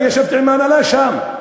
אני ישבתי עם ההנהלה שם,